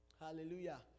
Hallelujah